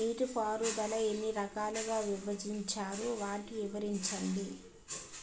నీటిపారుదల ఎన్ని రకాలుగా విభజించారు? వాటి వివరించండి?